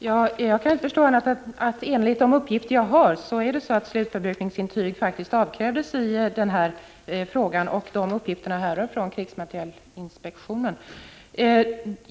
Herr talman! Det här kan jag inte förstå, för enligt de uppgifter som jag har avkrävdes faktiskt slutförbrukningsintyg. Mina uppgifter härrör från krigsmaterielinspektionen.